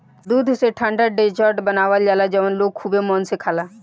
दूध से ठंडा डेजर्ट बनावल जाला जवन लोग खुबे मन से खाला